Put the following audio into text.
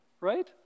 right